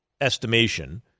estimation